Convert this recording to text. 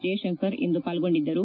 ಜೈಶಂಕರ್ ಇಂದು ಪಾಲ್ಗೊಂಡಿದ್ದರು